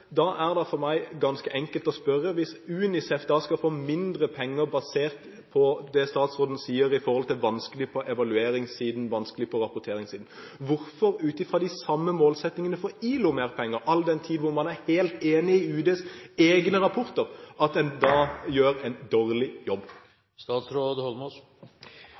Da er det for meg ganske enkelt å spørre: Hvis UNICEF skal få mindre penger basert på det statsråden sier om at det er vanskelig på evalueringssiden, vanskelig på rapporteringssiden, hvorfor, ut fra de samme målsettingene, får ILO mer penger, all den tid man er helt enig i Utenriksdepartementets egne rapporter, at en da gjør en dårlig